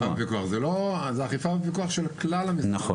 זה אכיפה ופיקוח של כלל ה- -- נכון,